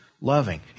loving